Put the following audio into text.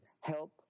help